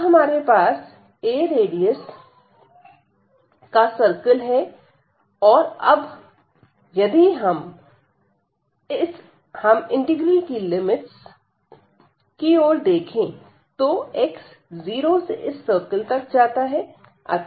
अब हमारे पास a रेडियस का सर्कल है और अब यदि हम इंटीग्रल की लिमिट्स की ओर देखें तो x 0 से इस सर्कल तक जाता है